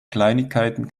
kleinigkeiten